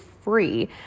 free